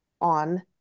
on